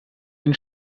ein